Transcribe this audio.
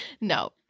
No